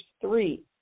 Three